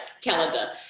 calendar